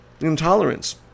intolerance